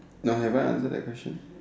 no have I answered that question